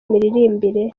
imiririmbire